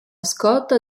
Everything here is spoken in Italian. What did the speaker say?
scorta